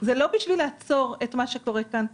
זה לא כדי לעצור את מה שקורה כאן,